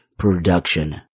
Production